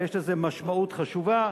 ויש לזה משמעות חשובה.